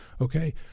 Okay